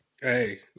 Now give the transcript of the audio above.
Hey